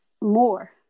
more